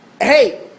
hey